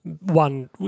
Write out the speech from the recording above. One